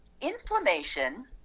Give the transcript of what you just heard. inflammation